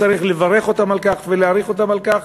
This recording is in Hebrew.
וצריך לברך אותם על כך ולהעריך אותם על כך,